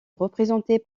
représentée